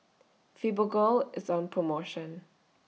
Fibogel IS on promotion